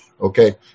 okay